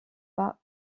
pas